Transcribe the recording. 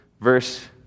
verse